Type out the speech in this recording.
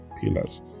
pillars